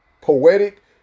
poetic